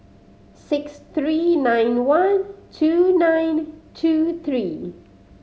six three nine one two nine two three